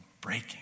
breaking